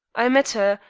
i met her,